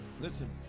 Listen